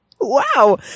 Wow